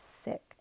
sick